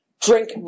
drink